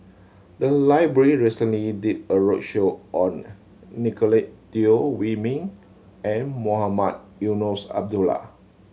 the library recently did a roadshow on Nicolette Teo Wei Min and Mohamed Eunos Abdullah